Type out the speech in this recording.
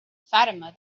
fatima